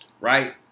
right